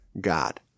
God